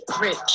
rich